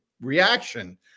reaction